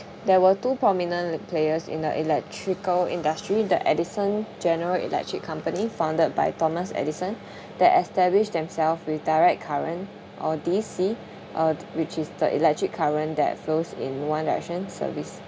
there were two prominent players in the electrical industry the edison general electric company founded by thomas edison that established themselves with direct current or D_C uh th~ which is the electric current that flows in one one direction service